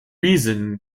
reason